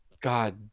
God